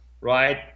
right